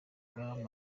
docteur